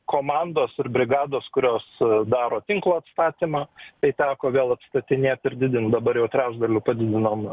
komandos ir brigados kurios daro tinklo atstatymą tai teko vėl atstatinėt ir didint dabar jau trečdaliu padidinom